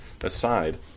aside